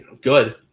Good